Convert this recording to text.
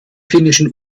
finnischen